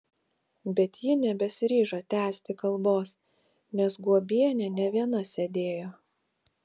bet ji nebesiryžo tęsti kalbos nes guobienė ne viena sėdėjo